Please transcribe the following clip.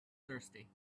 thirsty